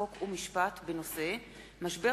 חוק ומשפט בעקבות דיון מהיר בנושא: משבר